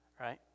right